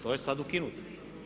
To je sad ukinuto.